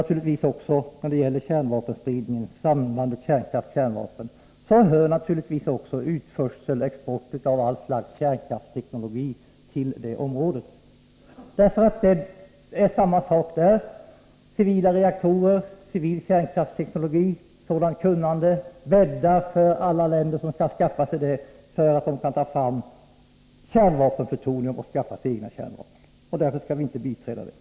Till sambandet kärnvapen — kärnkraft i fråga om kärnvapenspridning hör naturligtvis också export av allt slags kärnvapenteknologi. Civila reaktorer, civil kärnkraftsteknologi och civilt kunnande bäddar i de länder som kan skaffa sig detta för att de kan ta fram kärnvapenplutonium och skaffa sig egna kärnvapen. Vi skall inte biträda det.